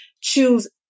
choose